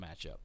matchup